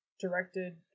Directed